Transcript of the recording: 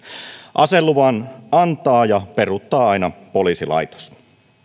aseluvan antaa ja peruuttaa poliisilaitos